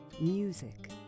music